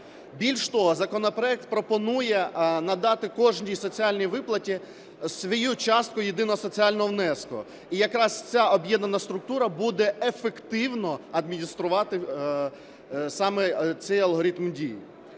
Більше того, законопроект пропонує надати кожній соціальній виплаті свою частку єдиного соціального внеску. І якраз ця об'єднана структура буде ефективно адмініструвати саме цей алгоритм дій.